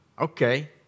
Okay